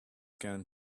going